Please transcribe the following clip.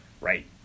right